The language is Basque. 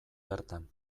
bertan